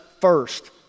first